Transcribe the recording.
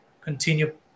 continue